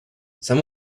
some